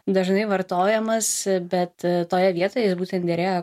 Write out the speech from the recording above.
dažnai vartojamas bet toje vietoje jis būtent derėjo